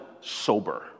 sober